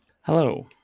Hello